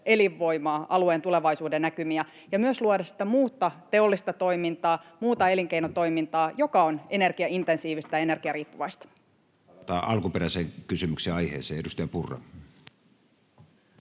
elinvoimaa, alueen tulevaisuudennäkymiä ja myös luoda muuta teollista toimintaa, muuta elinkeinotoimintaa, joka on energiaintensiivistä ja energiariippuvaista. [Speech 71] Speaker: Matti